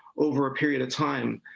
over a period of time.